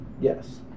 Yes